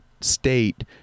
state